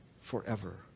forever